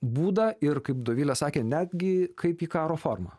būdą ir kaip dovilė sakė netgi kaip į karo formą